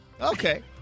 Okay